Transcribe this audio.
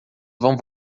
vão